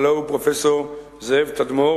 הלוא הוא פרופסור זאב תדמור.